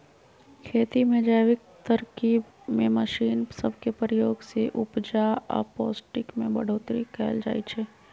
खेती के जैविक तरकिब में मशीन सब के प्रयोग से उपजा आऽ पौष्टिक में बढ़ोतरी कएल जाइ छइ